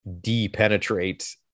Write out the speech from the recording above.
de-penetrate